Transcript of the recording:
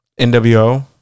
NWO